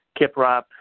Kiprop